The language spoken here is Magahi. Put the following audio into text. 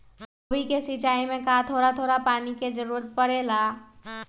गोभी के सिचाई में का थोड़ा थोड़ा पानी के जरूरत परे ला?